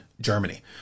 Germany